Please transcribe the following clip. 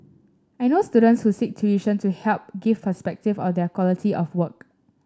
I know students who seek tuition to help give perspective of their quality of work